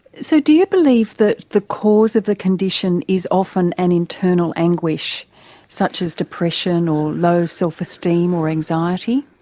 so do you believe that the cause of the condition is often an internal anguish such as depression or low self-esteem or anxiety?